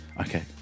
Okay